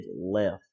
left